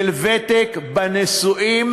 של ותק בנישואים,